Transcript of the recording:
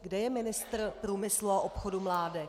Kde je ministr průmyslu a obchodu Mládek?